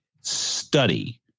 study